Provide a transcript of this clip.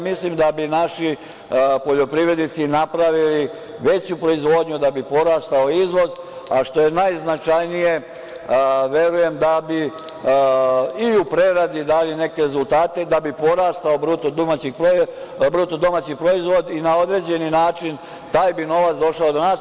Mislim da bi naši poljoprivrednici napravili veću proizvodnju da bi porastao izvoz, a što je najznačajnije verujem da bi i u preradi dali neke rezultate i da bi porastao BDP i na određeni način taj bi novac došao do nas.